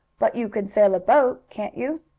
but you can sail a boat can't you?